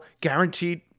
guaranteed